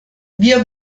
wir